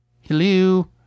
Hello